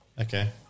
Okay